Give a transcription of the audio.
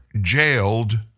jailed